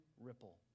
ripple